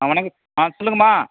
ஆ வணக்கம் ஆ சொல்லுங்கம்மா